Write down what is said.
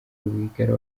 rwigara